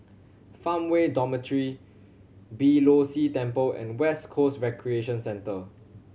Farmway Dormitory Beeh Low See Temple and West Coast Recreation Centre